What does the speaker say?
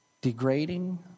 degrading